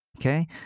Okay